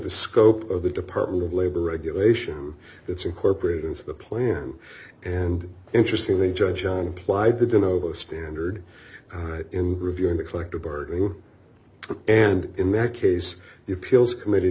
the scope of the department of labor regulation that's incorporated into the plan and interesting the judge on plied the din of a standard in reviewing the collective bargaining and in that case the appeals committe